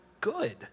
good